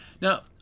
now